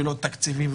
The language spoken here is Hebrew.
לא תקציבים,